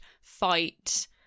fight